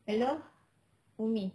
hello umi